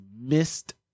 missed